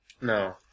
No